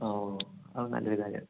ഓ ഓ ഓ അത് നല്ലൊരു കാര്യമായിരുന്നു